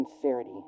sincerity